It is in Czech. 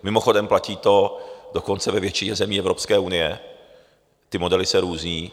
Mimochodem, platí to dokonce ve většině zemí Evropské unie, ty modely se různí.